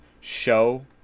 show